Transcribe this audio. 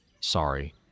Sorry